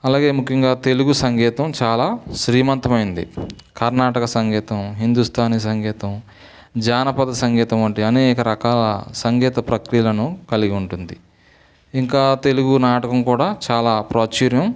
అలాగే ముఖ్యంగా తెలుగు సంగీతం చాలా శ్రీమంతం అయినది కర్ణాటక సంగీతం హిందుస్థానీ సంగీతం జానపద సంగీతం వంటి అనేక రకాల సంగీత ప్రక్రియలను కలిగి ఉంటుంది ఇంకా తెలుగు నాటకం కూడా చాలా ప్రాచుర్యం